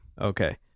Okay